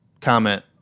comment